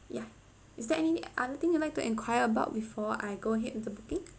ya is there any other thing you like to enquire about before I go ahead with the booking